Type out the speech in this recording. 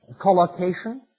collocation